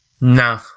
No